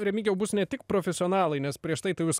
remigijau bus ne tik profesionalai nes prieš tai tai jūs